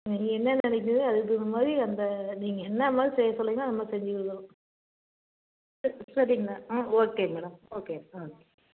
நீங்கள் என்ன நினைக்குறிங்களோ அதுக்கு தகுந்த மாதிரி அந்த நீங்கள் என்ன மாதிரி செய்ய சொல்கிறிங்களோ அதை மாதிரி செஞ்சு கொடுக்கறோம் செரி சரிங்க ஆ ஓகேங்க மேடம் ஓகே ஆ